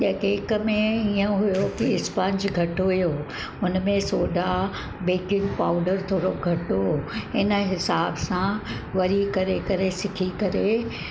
ऐं केक में हीअं हुयो के स्पंज घटि हुयो हुनमें सोडा बेकिंग पाउडर थोरो घटि हो हिन हिसाब सां वरी करे करे सिखी करे